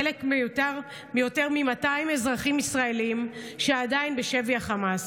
חלק מיותר מ-200 אזרחים ישראלים שעדיין בשבי החמאס,